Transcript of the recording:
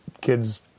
kids